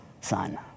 son